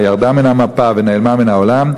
ירדה מן המפה ונעלמה מן העולם,